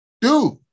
dude